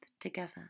together